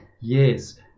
Yes